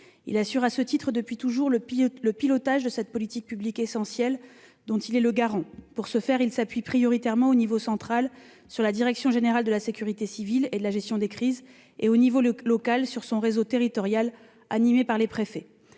il assure depuis toujours le pilotage de cette politique publique essentielle, dont il est le garant. Pour ce faire, il s'appuie prioritairement, au niveau central, sur la direction générale de la sécurité civile et de la gestion des crises et, au niveau local, sur son réseau territorial animé par les préfets.